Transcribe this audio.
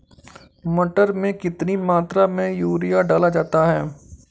मटर में कितनी मात्रा में यूरिया डाला जाता है?